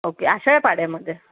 okay आशय पाड्यामध्ये